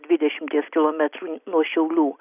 dvidešimties kilometrų nuo šiaulių